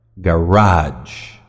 Garage